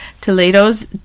Toledo's